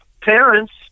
parents